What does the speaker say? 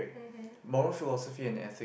mmhmm